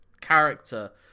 character